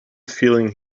feeling